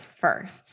first